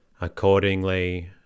Accordingly